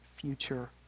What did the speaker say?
future